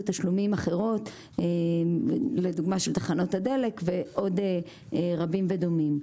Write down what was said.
תשלומים אחרות כמו של תחנות הדלק ועוד רבים ודומים,